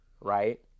right